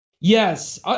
yes